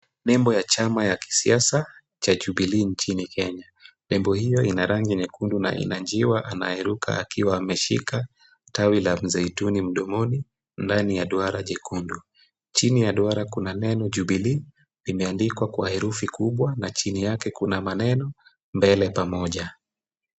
Nembo ya chama ya siasa cha Jubilee nchini Kenya. Nembo hiyo ina rangi nyekundu na ina njiwa anayeruka akiwa ameshika tawi la mzaituni mdomoni ndani ya duara jekundu. Chini ya duara kuna neno Jubilee na limeandikwa kwa herufi kubwa na chini yake kuna maneno; mbele pamoja.